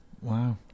wow